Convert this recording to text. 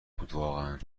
بودواقعا